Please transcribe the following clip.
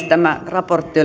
tämä raportti